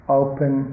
open